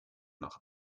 nach